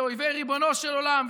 לאויבי ריבונו של עולם,